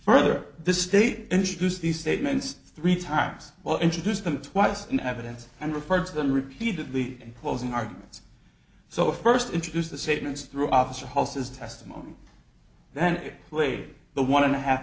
further this state introduced these statements three times well i introduced them twice in evidence and referred to them repeatedly in closing arguments so first introduced the statements through officer hall says testimony then lay the one and a half